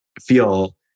feel